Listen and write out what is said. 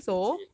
legit